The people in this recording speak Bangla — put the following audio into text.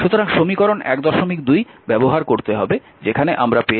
সুতরাং সমীকরণ 12 ব্যবহার করতে হবে যেখানে আমরা পেয়েছি i dq dt